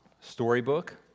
storybook